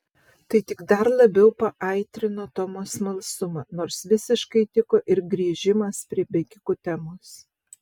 tai tik dar labiau paaitrino tomo smalsumą nors visiškai tiko ir grįžimas prie bėgikų temos